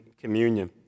communion